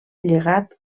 llegat